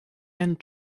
and